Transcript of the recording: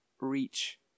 reach